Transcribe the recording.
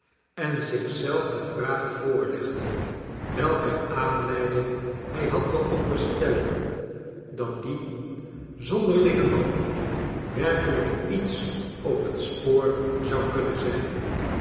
en zich zelf de vraag voorlegde welke aanleiding hij had te onderstellen dat die zonderlinge man werkelijk iets op het spoor zou kunnen zijn